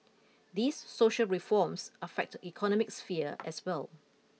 these social reforms affect economic sphere as well